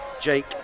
Jake